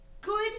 good